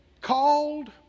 called